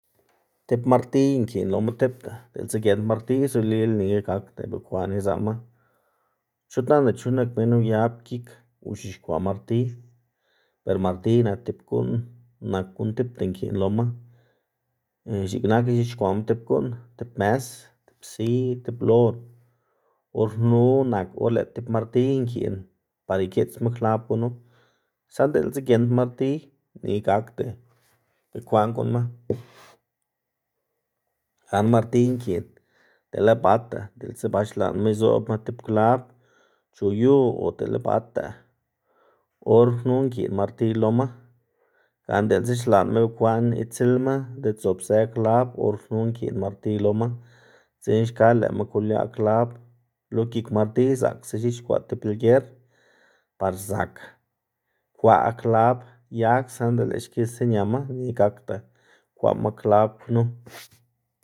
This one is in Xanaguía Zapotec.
tib martiy xkiꞌn loma tipta, diꞌltsa giend martiy zolila nika gakda bekwaꞌn izaꞌma. Chut nanda chu nak minn uyab gik ux̱ixkwaꞌ martiy ber martiy nak tib guꞌn nak guꞌn tipta xkiꞌn loma, x̱iꞌk ix̱ixkwaꞌma tib guꞌn, tib mes, tib siy, tib lon, or knu nak or lëꞌ tib martiy nkiꞌn par ikiꞌtsma klab gunu, saꞌnda diꞌltsa giend martiy nika gajda bekwaꞌn guꞌnnma. gana martiy nkiꞌn dele bata diꞌltsa ba xlaꞌnma izoꞌbma tib klab chu yu o dele bata or knu nkiꞌn martiy loma. Gana diꞌltsa xlaꞌnma bekwaꞌn itsilma diꞌt zobzë klab or knu nkiꞌn martiy loma dzekna xka lëꞌma koliaꞌ klab lo gik martiy zaꞌksa x̱ixkwaꞌ tib lger par zak kwaꞌ klab yag saꞌnda lëꞌ xkisa ñama nika gakda kwaꞌma klab knu.